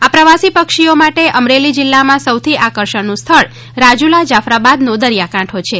આ પ્રવાસી પક્ષીઓ માટે અમરેલી જિલ્લામા સૌથી આકર્ષણનુ સ્થળ રાજુલા જાફરાબાદનો દરિયા કાંઠો છે